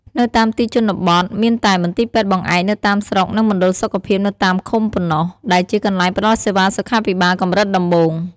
នៅតាមទីជនបទមានតែ មន្ទីរពេទ្យបង្អែកនៅតាមស្រុក និង មណ្ឌលសុខភាពនៅតាមឃុំប៉ុណ្ណោះ ដែលជាកន្លែងផ្តល់សេវាសុខាភិបាលកម្រិតដំបូង។